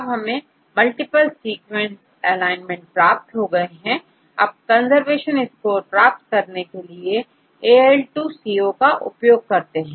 अब हमें multiple sequence alignment प्राप्त हो गए हैं अब कंजर्वेशन स्कोर प्राप्त करने के लिए AL2CO का उपयोग करते हैं